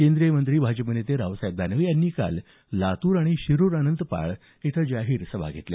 केंद्रीय मंत्री भाजप नेते रावसाहेब दानवे यांनीही काल लातूर आणि शिरुर अनंतपाळ इथं जाहीर सभा घेतल्या